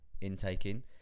intaking